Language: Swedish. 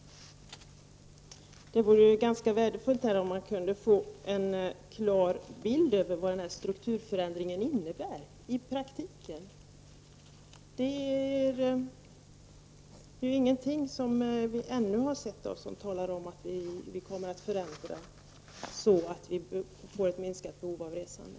Det vore värdefullt om vi kunde få en klar bild av vad denna strukturförändring innebär i praktiken. Vi har inte sett någonting som tyder på att det blir så stora strukturförändringar att vi får ett minskat behov av resande.